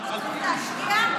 אתה אמרת שלא צריך להשקיע,